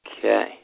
Okay